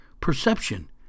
Perception